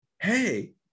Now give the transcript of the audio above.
Hey